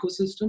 ecosystem